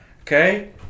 Okay